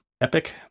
Epic